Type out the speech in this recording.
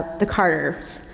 the carter's,